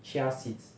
chia seeds